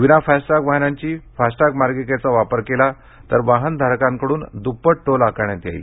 विना फास्टटॅग वाहनांनी फास्टटॅग मार्गिकेचा वापर केला तर वाहनधाराकांकडून दुप्पट टोल आकारण्यात येइल